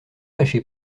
lâcher